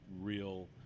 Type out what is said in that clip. real